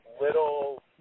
little